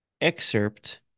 excerpt